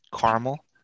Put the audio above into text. caramel